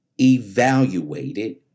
evaluated